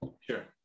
Sure